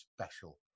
special